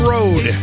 Road